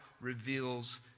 reveals